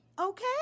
Okay